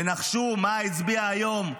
ונחשו מה הוא הצביע היום?